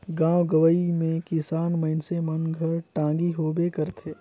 गाँव गंवई मे किसान मइनसे मन घर टागी होबे करथे